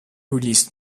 released